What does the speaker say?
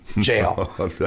jail